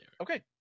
Okay